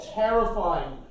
terrifying